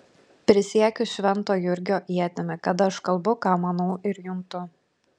prisiekiu švento jurgio ietimi kad aš kalbu ką manau ir juntu